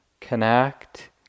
connect